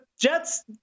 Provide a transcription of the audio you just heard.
jets